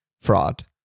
Fraud